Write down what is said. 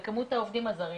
וכמות העובדים הזרים,